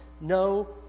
no